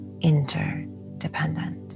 interdependent